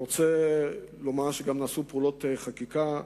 אני רוצה לומר שנעשו גם פעולות חקיקה,